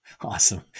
Awesome